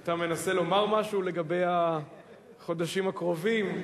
אתה מנסה לומר משהו לגבי החודשים הקרובים?